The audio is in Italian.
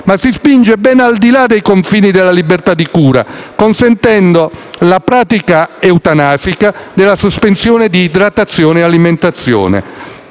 ma si spinge ben al di là dei confini della libertà di cura, consentendo la pratica eutanasica della sospensione di idratazione e alimentazione.